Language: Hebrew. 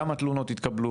כמה תלונות התקבלו?